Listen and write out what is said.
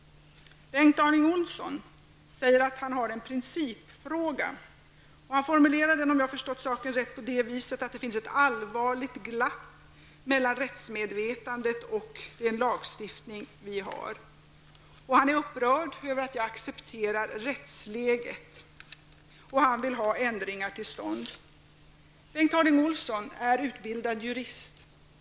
Bengt Harding Olson säger att han har en principfråga och han formulerar den på det viset, om jag förstått saken rätt, att det finns ett allvarligt glapp mellan rättsmedvetandet och den lagstiftning vi har. Han är upprörd över att jag accepterar rättsläget. Han vill ha ändringar till stånd. Bengt Harding Olson är utbildad jurist.